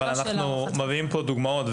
אבל אנחנו מביאים פה דוגמאות,